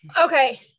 Okay